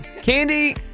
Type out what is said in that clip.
Candy